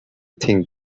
think